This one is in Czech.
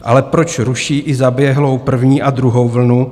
Ale proč ruší i zaběhlou první a druhou vlnu?